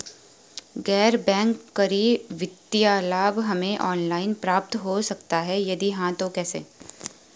गैर बैंक करी वित्तीय लाभ हमें ऑनलाइन प्राप्त हो सकता है यदि हाँ तो कैसे?